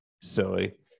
silly